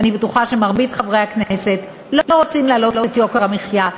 ואני בטוחה שמרבית חברי הכנסת לא רוצים להעלות את יוקר המחיה,